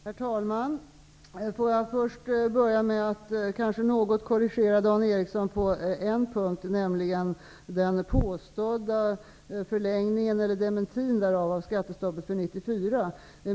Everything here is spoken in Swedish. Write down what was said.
Herr talman! Får jag börja med att något korrigera Dan Ericsson i Kolmården på en punkt, nämligen den påstådda förlängningen av skattestoppet under 1994, eller dementin därav.